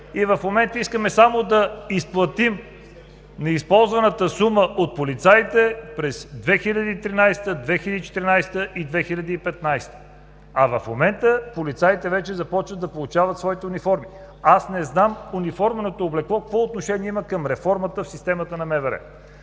и в момента искаме само да изплатим неизползваната сума от полицаите през 2013 г., 2014 г., 2015 г. В момента полицаите вече започват да получават своите униформи. Аз не знам униформеното облекло какво отношение има към реформата в системата на МВР.